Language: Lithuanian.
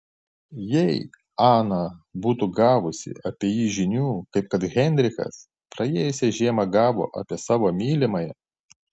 jei ana būtų gavusi apie jį žinių kaip kad heinrichas praėjusią žiemą gavo apie savo mylimąją